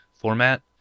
format